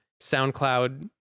SoundCloud